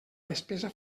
despesa